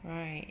right